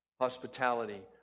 Hospitality